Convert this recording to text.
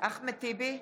אחמד טיבי,